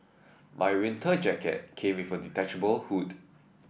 my winter jacket came with a detachable hood